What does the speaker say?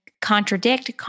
contradict